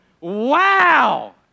wow